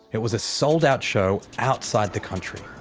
it was a sold out show outside the country.